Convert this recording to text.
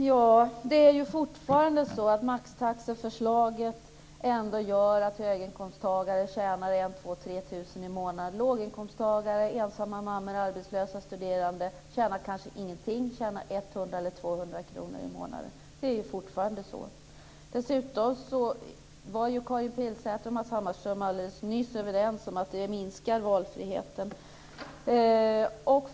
Herr talman! Fortfarande är det så att maxtaxeförslaget gör att höginkomsttagare tjänar 1 000, 2 000 eller 3 000 kr i månaden. Låginkomsttagare - ensamma mammor, arbetslösa och studerande - tjänar kanske ingenting. De tjänar 100 eller 200 kr i månaden. Så är det ju fortfarande. Dessutom var Karin Pilsäter och Matz Hammarström alldeles nyss överens om att valfriheten minskas.